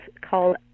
called